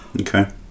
Okay